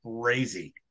crazy